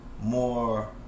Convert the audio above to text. more